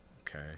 Okay